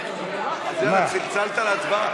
מההתחלה.